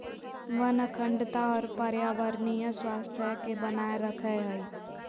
वन अखंडता और पर्यावरणीय स्वास्थ्य के बनाए रखैय हइ